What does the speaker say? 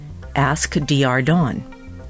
askdrdawn